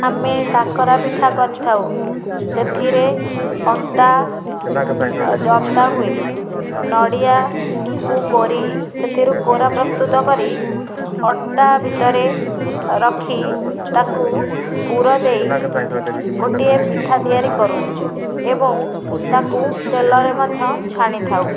ଆମେ କାକରାପିଠା କରିଥାଉ ସେଥିରେ ଅଟା ଯନ୍ତା ହୁଏ ନଡ଼ିଆକୁ କୋରି ସେଥିରେ ପୁର ପ୍ରସ୍ତୁତ କରି ଅଟା ଭିତରେ ରଖି ତାକୁ ପୁରଦେଇ ଗୋଟିଏ ପିଠା ତିଆରି କରୁ ଏବଂ ତାକୁ ତେଲରେ ମଧ୍ୟ ଛାଣିଥାଉ